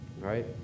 right